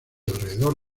alrededor